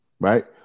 right